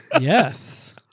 Yes